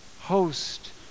host